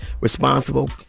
responsible